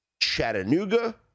Chattanooga